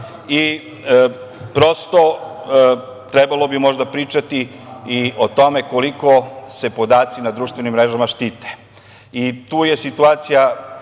Prosto, trebalo bi možda pričati i o tome koliko se podaci na društvenim mrežama štite. Tu je situacija